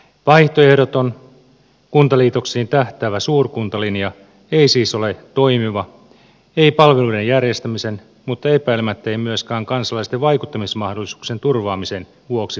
vaihtoehdoton kuntaliitoksiin tähtäävä suurkuntalinja ei siis ole toimiva ei palvelujen järjestämisen mutta epäilemättä ei myöskään kansalaisten vaikuttamismahdollisuuksien turvaamisen vuoksi kaikilla alu eilla